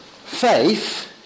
faith